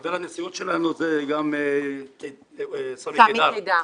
וחבר הנשיאות שלנו זה גם סמי קידר.